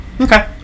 Okay